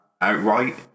outright